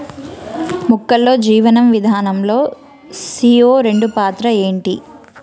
మొక్కల్లో జీవనం విధానం లో సీ.ఓ రెండు పాత్ర ఏంటి?